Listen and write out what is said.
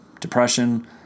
depression